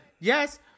Yes